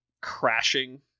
crashing